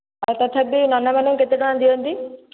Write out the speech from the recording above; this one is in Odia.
ଆଉ ତଥାପି ନନାମାନଙ୍କୁ କେତେଟଙ୍କା ଦିଅନ୍ତି